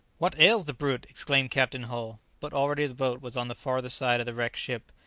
what ails the brute? exclaimed captain hull. but already the boat was on the farther side of the wrecked ship,